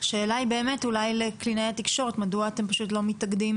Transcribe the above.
השאלה היא באמת אולי לקלינאי התקשורת מדוע אתם לא פשוט מתאגדים